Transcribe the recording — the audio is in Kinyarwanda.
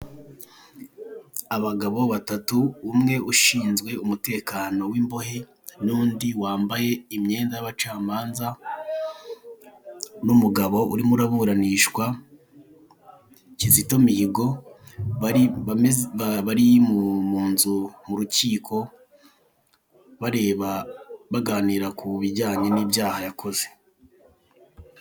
Abagabo batatu umwe ushinzwe umutekano w'imbohe n'undi wambaye imyenda y'abacamanza n'umugabo urimo uraburanishwa Kizito Mihigo bari bameze bari munzu mu rukiko bareba baganira ku bijyanye n'ibyaha yakoze.